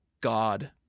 god